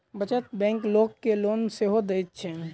बचत बैंक लोक के लोन सेहो दैत छै